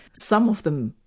some of them,